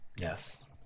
yes